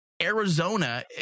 Arizona